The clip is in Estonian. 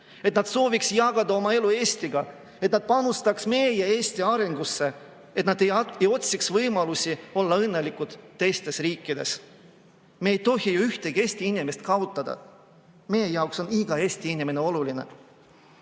et nad sooviksid jagada oma elu Eestiga, et nad panustaksid Eesti arengusse, et nad ei otsiks võimalusi olla õnnelikud teistes riikides? Me ei tohi ühtegi Eesti inimest kaotada. Meie jaoks on iga Eesti inimene oluline. Olen